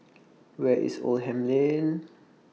Where IS Oldham Lane